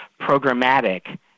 programmatic